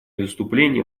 выступления